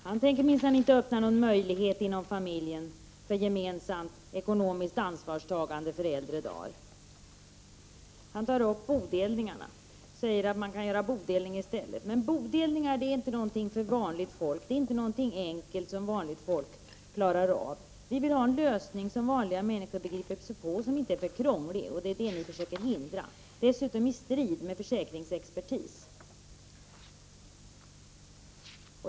Herr talman! Herr Andersson är inte särskilt angelägen att värna kvinnornas trygghet. Han tänker minsann inte öppna någon möjlighet inom familjen för gemensamt ekonomiskt ansvarstagande inför äldre dagar. Han tar upp bodelning och säger att man kan göra bodelning i stället. Men bodelning är inte något för vanligt folk — det är inte något enkelt som vanligt folk klarar av. Vi vill ha en lösning som vanliga människor begriper sig på, som inte är för krånglig. Det är det ni försöker hindra — dessutom i strid med försäkringsexpertis.